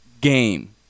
game